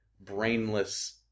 brainless